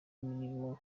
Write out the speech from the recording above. mirimo